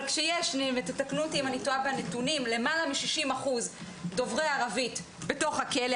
אבל כשיש למעלה מ-60% דוברי ערבית בתוך הכלא,